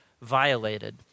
violated